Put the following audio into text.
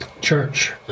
church